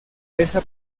esa